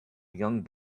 young